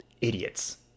idiots